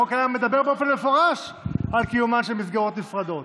החוק הקיים מדבר באופן מפורש על קיומן של מסגרות נפרדות,